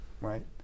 right